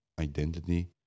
identity